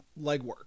legwork